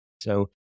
So-